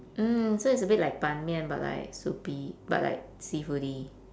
oh so it's a bit like ban mian but like soupy but like seafoody